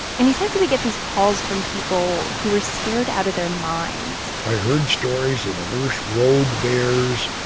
and he says he would get these calls from people who were scared out of their minds i heard stories of the worst rogue bears,